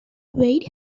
wade